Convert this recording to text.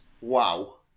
wow